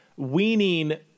weaning